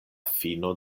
fino